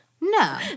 No